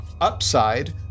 Upside